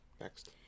Next